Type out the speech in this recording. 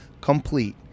complete